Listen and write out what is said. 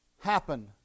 happen